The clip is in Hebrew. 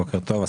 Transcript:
בוקר טוב,